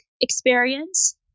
experience